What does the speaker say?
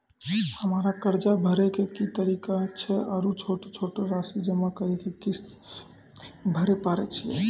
हमरा कर्ज भरे के की तरीका छै आरू छोटो छोटो रासि जमा करि के किस्त भरे पारे छियै?